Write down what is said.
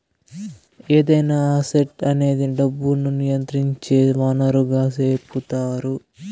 ఏదైనా అసెట్ అనేది డబ్బును నియంత్రించే వనరుగా సెపుతారు